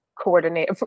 coordinate